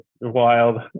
wild